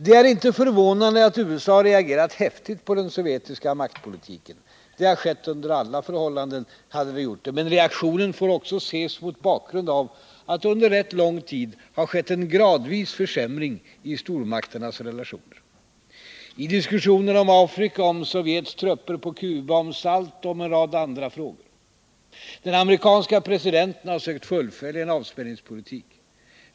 Det är inte förvånande att USA reagerat häftigt på den sovjetiska maktpolitiken. Det hade skett under alla förhållanden. Reaktionen får även ses mot bakgrund av att det under rätt lång tid har skett en gradvis försämring i stormakternas relationer: i diskussionerna om Afrika, om Sovjets trupper på Cuba, om SALT, och om en rad andra frågor. Den amerikanske presidenten har sökt fullfölja en avspänningspolitik.